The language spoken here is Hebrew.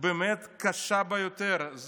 באמת קשה ביותר.